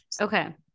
Okay